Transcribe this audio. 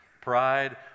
Pride